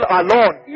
alone